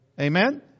Amen